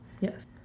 Yes